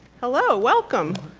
hello. welcome.